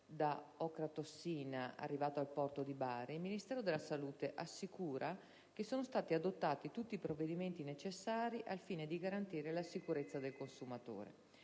da ocratossina arrivato al porto di Bari, il Ministero della salute assicura che sono stati adottati tutti i provvedimenti necessari al fine di garantire la sicurezza del consumatore.